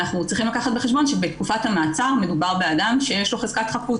אנחנו צריכים לקחת בחשבון שבתקופת המעצר מדובר באדם שיש לו חזקת חפות.